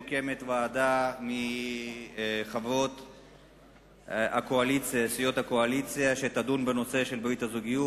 מוקמת ועדה מסיעות הקואליציה שתדון בנושא ברית הזוגיות.